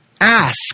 ask